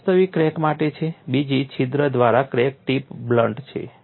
એક વાસ્તવિક ક્રેક માટે છે બીજી છિદ્ર દ્વારા ક્રેક ટિપ બ્લન્ટ છે